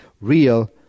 real